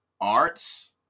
arts